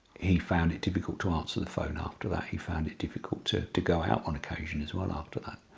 he found it difficult to answer the phone after that. he found it difficult to to go out on occasion, as well, after that,